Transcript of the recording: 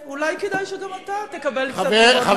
אז אולי כדאי שגם אתה תקבל אס.אם.אסים.